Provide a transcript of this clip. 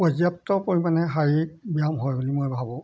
পৰ্যাপ্ত পৰিমাণে শাৰীৰিক ব্যায়াম হয় বুলি মই ভাবোঁ